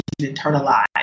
internalized